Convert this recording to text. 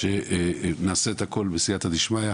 שנעשה את הכול בסייעתא דשמייא